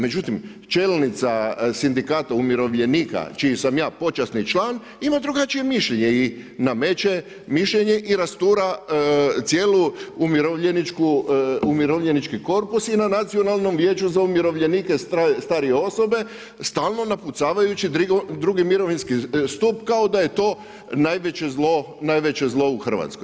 Međutim, čelnica Sindikata umirovljenika čiji sam ja počasni član ima drugačije mišljenje i nameće mišljenje i rastura cijelu umirovljenički korpus i na Nacionalnom vijeću za umirovljenike starije osobe stalno napucavajući drugi mirovinski stup kao da je to najveće zlo u Hrvatskoj.